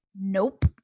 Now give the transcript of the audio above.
Nope